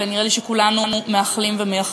ונראה לי שכולנו מאחלים ומייחלים.